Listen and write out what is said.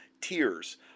Tears